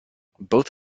both